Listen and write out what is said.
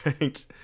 Right